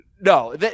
No